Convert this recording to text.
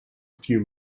few